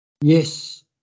Yes